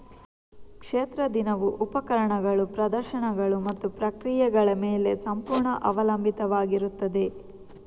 ಕ್ಷೇತ್ರ ದಿನವು ಉಪಕರಣಗಳು, ಪ್ರದರ್ಶನಗಳು ಮತ್ತು ಪ್ರಕ್ರಿಯೆಗಳ ಮೇಲೆ ಸಂಪೂರ್ಣ ಅವಲಂಬಿತವಾಗಿರುತ್ತದೆ